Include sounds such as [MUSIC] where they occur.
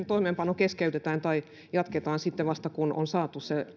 [UNINTELLIGIBLE] toimeenpano keskeytetään tai jatketaan sitten vasta kun on saatu se